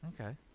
Okay